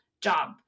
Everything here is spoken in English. job